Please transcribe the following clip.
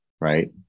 right